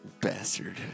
Bastard